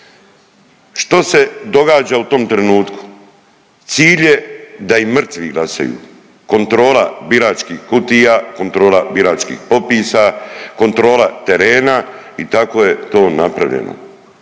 Što se događa u tom trenutku? Cilj je da i mrtvi glasaju, kontrola biračkih kutija, kontrola biračkih popisa, kontrola terena i tako je to napravljeno.